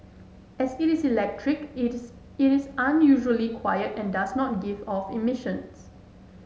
as it is electric it is it is unusually quiet and does not give off emissions